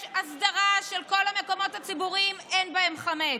יש הסדרה של כל המקומות הציבוריים, אין בהם חמץ.